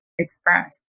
express